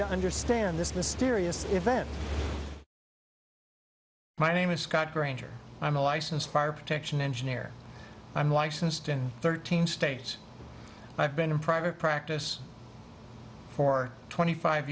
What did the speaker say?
to understand this mysterious event my name is scott granger i'm a licensed fire protection engineer i'm licensed in thirteen states i've been in private practice for twenty five